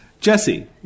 Jesse